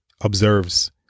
observes